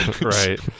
right